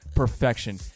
Perfection